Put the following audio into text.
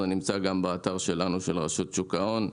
זה נמצא גם באתר שלנו, של רשות שוק ההון.